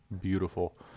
beautiful